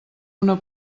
una